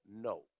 no